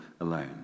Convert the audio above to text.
alone